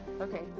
okay